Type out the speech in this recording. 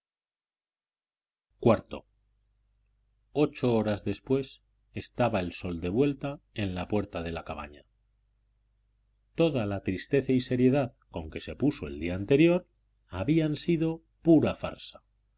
iv ocho horas después estaba el sol de vuelta en la puerta de la cabaña toda la tristeza y seriedad con que se puso el día anterior habían sido pura farsa